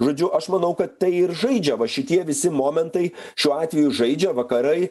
žodžiu aš manau kad tai ir žaidžia va šitie visi momentai šiuo atveju žaidžia vakarai